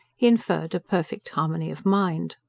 he inferred a perfect harmony of mind.